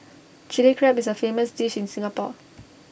Chilli Crab is A famous dish in Singapore